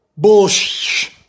Bullsh